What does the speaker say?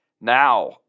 Now